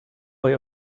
way